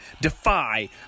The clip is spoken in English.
Defy